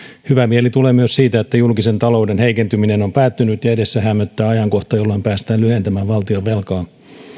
hyvä mieli tulee myös siitä että julkisen talouden heikentyminen on päättynyt ja edessä häämöttää ajankohta jolloin päästään lyhentämään valtionvelkaa